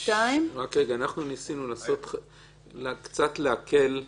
אנחנו ניסינו קצת להקל.